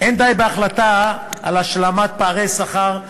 אין די בהחלטה על השלמת פערי השכר.